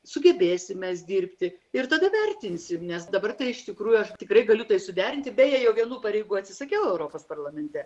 sugebėsim mes dirbti ir tada vertinsim nes dabar tai iš tikrųjų aš tikrai galiu tai suderinti beje jau vienų pareigų atsisakiau europos parlamente